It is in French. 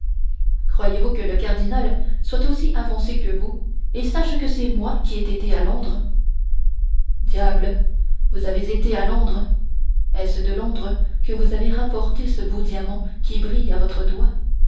croyez-vous que le cardinal soit aussi avancé que vous et sache que c'est moi qui ai été à londres diable vous avez été à londres est-ce de londres que vous avez rapporté ce beau diamant qui brille à votre doigt